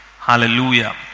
Hallelujah